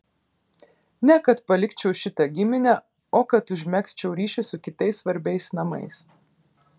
ne kad palikčiau šitą giminę o kad užmegzčiau ryšį su kitais svarbiais namais